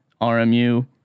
rmu